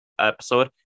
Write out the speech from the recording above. episode